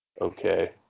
okay